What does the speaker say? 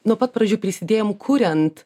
nuo pat pradžių prisidėjom kuriant